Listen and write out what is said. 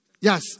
Yes